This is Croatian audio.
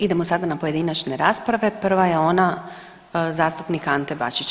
Idemo sada na pojedinačne rasprave, prva je ona zastupnika Ante Bačića.